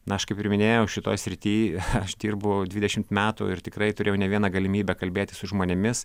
na aš kaip ir minėjau šitoj srity aš dirbu dvidešimt metų ir tikrai turėjau ne vieną galimybę kalbėti su žmonėmis